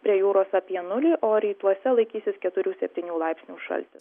prie jūros apie nulį o rytuose laikysis keturių septynių laipsnių šaltis